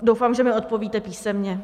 Doufám, že mi odpovíte písemně.